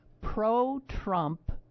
Pro-Trump